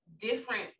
different